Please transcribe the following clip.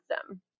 system